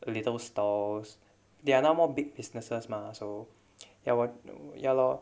the little stores there are now more big businesses mah so ya ya lor